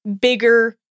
bigger